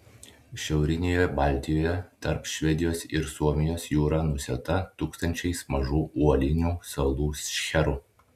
šiaurinėje baltijoje tarp švedijos ir suomijos jūra nusėta tūkstančiais mažų uolinių salų šcherų